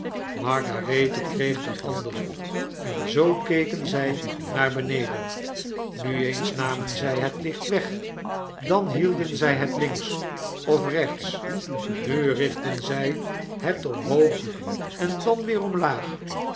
margarethe kreeg de andere en zoo keken zy naar beneden nn eens namen zy het licht weg dan hielden zij het links of rechts nu richtten zyhetomhoog en dan weer omlaag